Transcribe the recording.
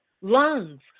lungs